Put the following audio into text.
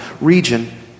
region